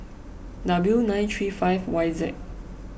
W nine three five Y Z